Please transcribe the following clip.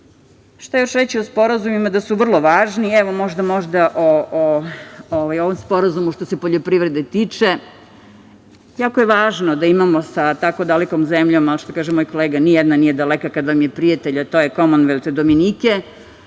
još reći o sporazumima – da su vrlo važno i evo, možda nešto o ovom sporazumu što se tiče poljoprivrede. Jako je važno da imamo sa tako dalekom zemljom, a što reče moj kolega, ni jedna nije daleka kad vam je prijatelj, a to je Komonvelt Dominike,